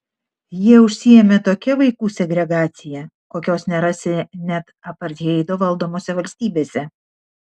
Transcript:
jie užsiėmė tokia vaikų segregacija kokios nerasi net apartheido valdomose valstybėse